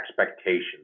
expectations